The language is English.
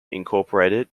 incorporated